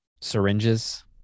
syringes